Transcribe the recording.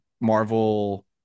Marvel